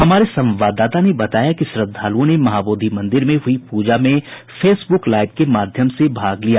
हमारे संवाददाता ने बताया कि श्रद्धालुओं ने महाबोधि मंदिर में हुई पूजा में फेसबुक लाइव के माध्यम से भाग लिया